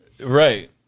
Right